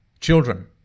children